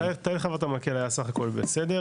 תהליך העברת המקל היה סך הכול בסדר,